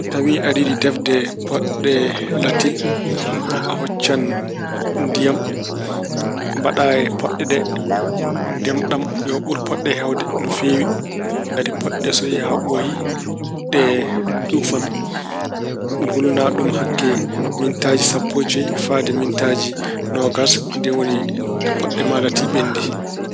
Tawi aɗa yiɗi defde poɗɗe latil, a huccinan ndiyam mbaɗa e poɗɗe ɗe. Ndiyam ɗam yo ɓur poɗɗe ɗe heewde no feewi. Ngati poɗɗe ɗe so yehi haa ɓooyi ɗe ñuufan. Ngulna ɗum hakke mintaaji sappo e joyi fayde mintaaji noogas. Ndeen woni poɗɗe ma latil, ɓenndi.